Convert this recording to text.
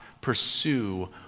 pursue